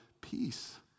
peace